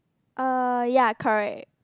uh ya correct